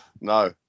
No